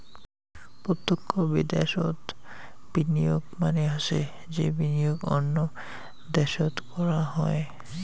প্রতক্ষ বিদ্যাশোত বিনিয়োগ মানে হসে যে বিনিয়োগ অন্য দ্যাশোত করাং হই